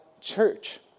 church